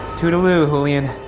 toodaloo julian,